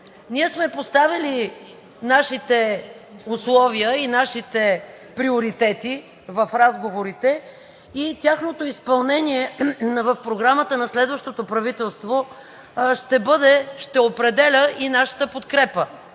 Ние сме поставили нашите условия и нашите приоритети в разговорите и тяхното изпълнение в програмата на следващото правителство ще определя и нашата подкрепа.